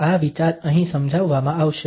આ વિચાર અહીં સમજાવવામાં આવશે